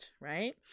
right